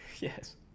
Yes